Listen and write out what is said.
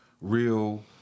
real